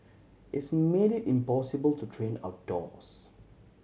it's made it impossible to train outdoors